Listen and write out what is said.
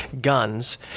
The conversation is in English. guns